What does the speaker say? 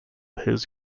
his